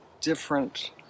different